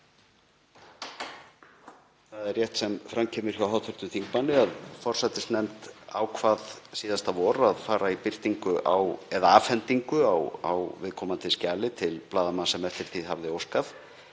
Það er rétt sem fram kemur hjá hv. þingmanni að forsætisnefnd ákvað síðasta vor að fara í birtingu eða afhendingu á viðkomandi skjali til blaðamanns sem eftir því hafði óskað.